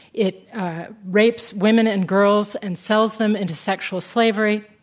it rapes women and girls and sells them into sexual slavery.